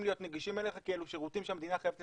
להיות נגישים אליך כי אלו שירותים שהמדינה חייבת לספק.